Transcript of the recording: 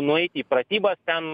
nueiti į pratybas ten